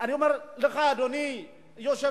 אני אומר לך, אדוני יושב-ראש